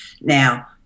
Now